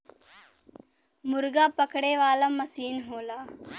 मुरगा पकड़े वाला मसीन होला